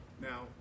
Now